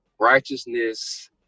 righteousness